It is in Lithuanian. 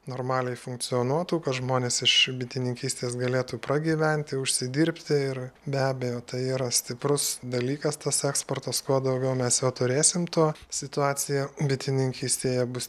normaliai funkcionuotų kad žmonės iš bitininkystės galėtų pragyventi užsidirbti ir be abejo tai yra stiprus dalykas tas eksportas kuo daugiau mes jo turėsim tuo situacija bitininkystėje bus tik